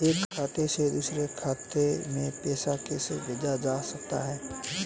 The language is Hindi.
एक खाते से दूसरे खाते में पैसा कैसे भेजा जा सकता है?